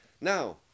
now